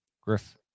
Griff